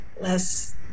less